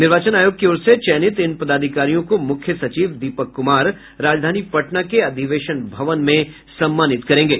निर्वाचन आयोग की ओर से चयनित इन पदाधिकारियों को मुख्य सचिव दीपक कुमार राजधानी पटना के अधिवेशन भवन में सम्मानित करेंगे